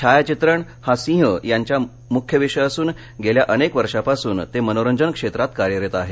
छायाचित्रण हा सिंह यांचा मुख्य विषय असून गेल्या अनेक वर्षापासून ते मनोरंजन क्षेत्रात कार्यरत आहेत